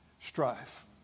Strife